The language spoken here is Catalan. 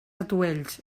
atuells